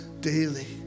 daily